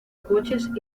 coches